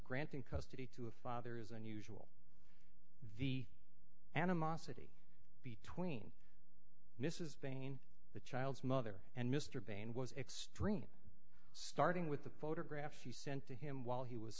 granting custody to a father is unusual the animosity between mrs fane the child's mother and mr bain was extreme starting with the photograph you sent to him while he was